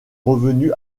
revenue